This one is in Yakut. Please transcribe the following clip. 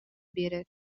биэрэр